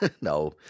No